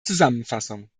zusammenfassung